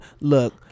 look